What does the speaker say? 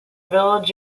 village